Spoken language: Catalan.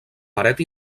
paret